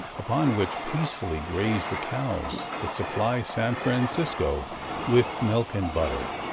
upon which peacefully graze the cows that supply san francisco with milk and butter.